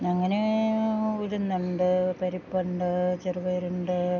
അങ്ങനെ ഉഴ്ന്ന്ണ്ട് പരിപ്പ്ണ്ട് ചെറ്പയറ്ണ്ട്